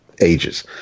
ages